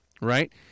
right